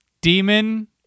demon